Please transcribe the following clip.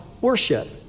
worship